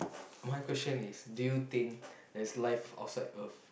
my question is do you think there's life outside earth